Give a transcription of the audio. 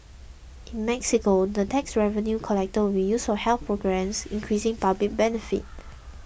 in Mexico the tax revenue collected will be used for health programmes increasing public benefit